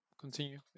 continue